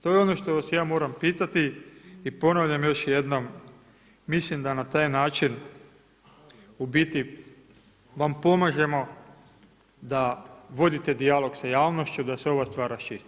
To je ono što vas ja moram pitati i ponavljam još jednom, mislim da na taj način, u biti vam pomažemo da vodite dijalog sa javnošću da se ova stvar raščisti.